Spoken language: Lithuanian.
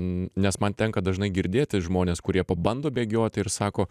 nes man tenka dažnai girdėti žmones kurie pabando bėgioti ir sako